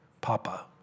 Papa